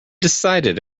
decided